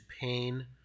pain